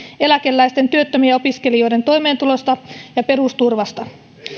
eläkeläisten työttömien ja opiskelijoiden toimeentulosta ja perusturvasta